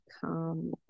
come